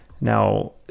Now